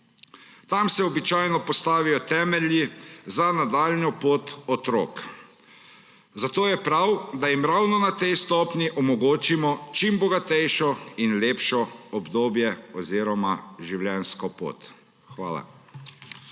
Tam se običajno postavijo temelji za nadaljnjo pot otrok. Zato je prav, da jim ravno ta tej stopnji omogočimo čim bogatejšo in lepše obdobje oziroma življenjsko pot. Hvala.